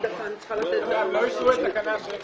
נמנעים, אין התקנות אושרו.